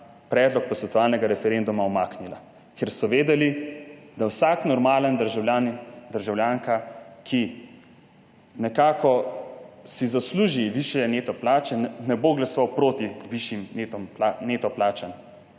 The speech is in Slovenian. predlog posvetovalnega referenduma umaknila, ker so vedeli, da vsak normalen državljan, državljanka, ki si zasluži višje neto plače, ne bo glasoval proti višjim neto plačam.